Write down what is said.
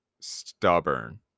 stubborn